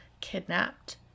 kidnapped